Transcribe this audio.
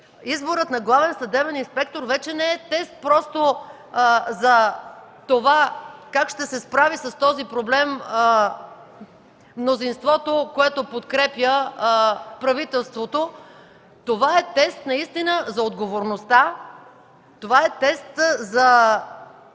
изборът на главен съдебен инспектор вече не е тест за това как ще се справи с този проблем мнозинството, което подкрепя правителството, това е тест наистина за отговорността, за